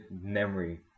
memory